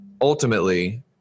ultimately